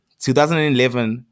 2011